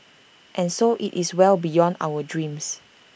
and so IT is well beyond our dreams